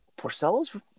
porcellos